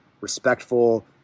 respectful